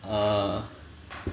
err